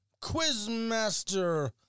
Quizmaster